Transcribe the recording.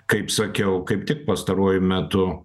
kaip sakiau kaip tik pastaruoju metu